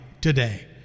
today